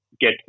get